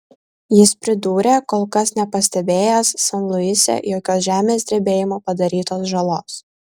jis pridūrė kol kas nepastebėjęs san luise jokios žemės drebėjimo padarytos žalos